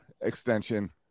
extension